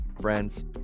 friends